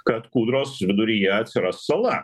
kad kūdros viduryje atsiras sala